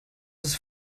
ist